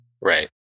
Right